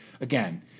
Again